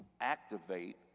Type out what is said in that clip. activate